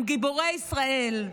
הם גיבורי ישראל.